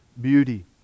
beauty